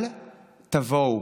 אל תבואו,